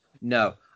No